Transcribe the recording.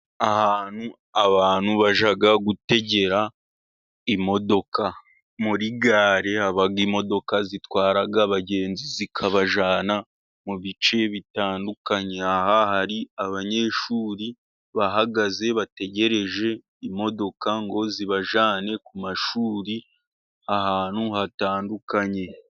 Ahantu abantu bajya gutegera imodoka. Muri gare haba imodoka zitwara abagenzi, zikabajyana mu bice bitandukanye. Aha hari abanyeshuri bahagaze, bategereje imodoka, ngo zibajyane ku mashuri ahantu hatandukanye.